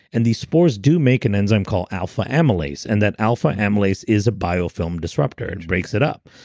and these spores do make an enzyme called alpha amylase and that alpha amylase is a biofilm disruptor, it breaks it up.